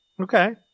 Okay